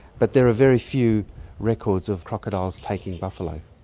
but there are very few records of crocodiles taking buffalo.